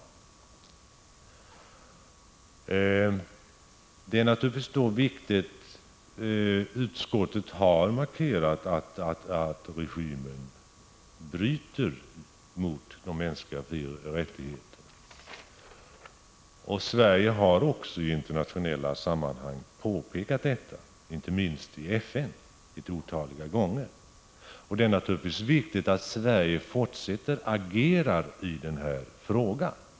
Utskottet har markerat att regimen bryter mot de mänskliga rättigheterna, och Sverige har också i internationella sammanhang påpekat detta, inte minst i FN ett otal gånger. Det är naturligtvis viktigt att Sverige fortsätter att agera i denna fråga.